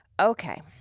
Okay